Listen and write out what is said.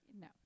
no